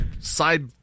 side